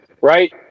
right